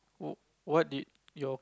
oh what did your